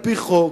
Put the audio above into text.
על-פי חוק,